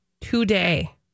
Today